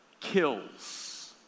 kills